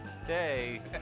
today